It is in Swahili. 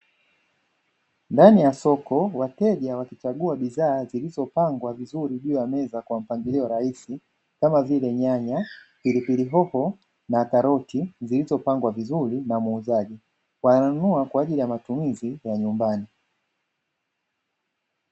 Ndani ya soko wateja wakichagua bidhaa zilizopangwa vizuri juu ya meza kwa mpangilio rahisi kama vile: nyanya, pilipili hoho na karoti zilizopangwa vizuri na muuzaji wananunua kwa ajili ya matumizi ya nyumbani.